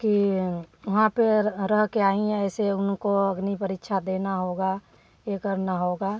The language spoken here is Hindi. कि वहाँ पे रहके आईं हैं ऐसे उनको अग्नि परीक्षा देना होगा ए करना होगा